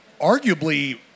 arguably